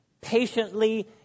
patiently